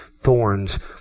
thorns